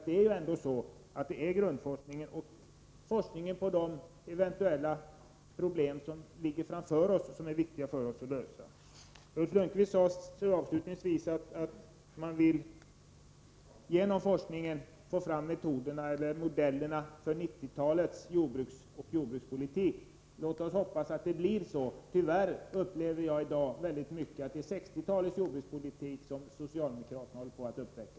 Det är grundforskningen och forskning kring de problem som ligger framför oss som är det viktiga. Ulf Lönnqvist sade avslutningsvis att man vill genom forskningen få fram modellerna för 1990-talets jordbruk och jordbrukspolitik. Låt oss hoppas att det blir så. Tyvärr upplever jag i dag väldigt mycket att det är 1960-talets jordbrukspolitik som socialdemokraterna håller på att uppväcka.